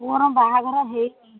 ପୁଅର ବାହାଘର ହେଇନି